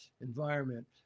environment